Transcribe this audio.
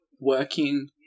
working